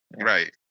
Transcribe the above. right